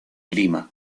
lima